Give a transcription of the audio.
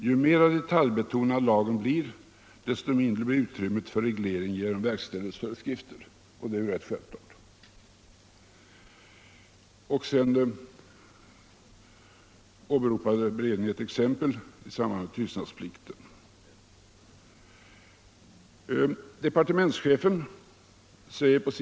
Ju mera detaljbetonad lagen blir, desto mindre blir utrymmet för reglering genom verkställighetsföreskrifter.” Det är ju rätt självklart. Sedan åberopade beredningen ett exempel i samband med tystnadsplikten.